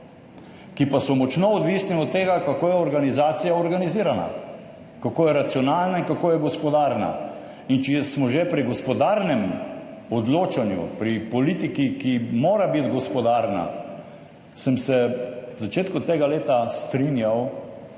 ki pa so močno odvisni od tega, kako je organizacija organizirana, kako je racionalna in kako je gospodarna. In če smo že pri gospodarnem odločanju, pri politiki, ki mora biti gospodarna, sem se v začetku tega leta strinjal